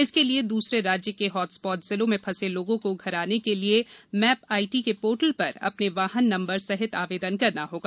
इसके लिए द्रसरे राज्य के हॉट स्पॉट जिलों में फंसे लोगों को घर आने के लिए मैप आईटी के पोर्टल पर अपने वाहन नंबर सहित आवेदन करना होगा